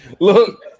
Look